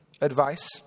advice